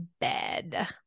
bed